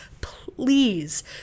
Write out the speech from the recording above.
please